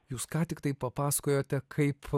jūs ką tiktai papasakojote kaip